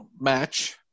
match